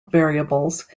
variables